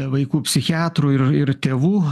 vaikų psichiatrų ir ir tėvų